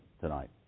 tonight